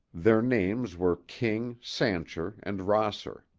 their names were king, sancher and rosser.